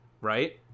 right